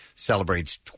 celebrates